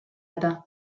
eta